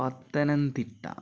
Pathanamthitta